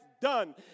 done